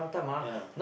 ya